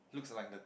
looks like the